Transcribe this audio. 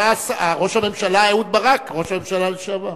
היה ראש הממשלה אהוד ברק, ראש הממשלה לשעבר.